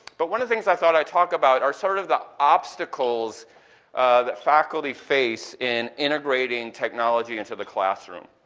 but one of the things i thought i'd talk about that are sort of the obstacles that faculty face in integrating technology into the classroom.